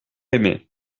aimée